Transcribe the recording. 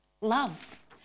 Love